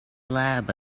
lab